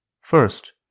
First